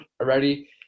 already